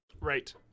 Right